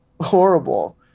horrible